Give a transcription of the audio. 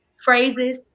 phrases